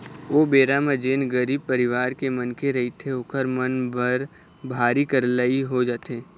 ओ बेरा म जेन गरीब परिवार के मनखे रहिथे ओखर मन बर भारी करलई हो जाथे